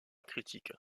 critique